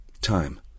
Time